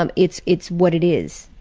um it's it's what it is.